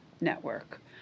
network